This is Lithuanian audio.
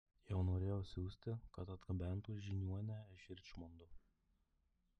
jau norėjau siųsti kad atgabentų žiniuonę iš ričmondo